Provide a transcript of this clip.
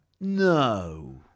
No